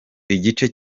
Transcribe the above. igice